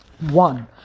One